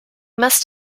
must